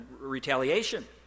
retaliation